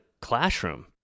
classroom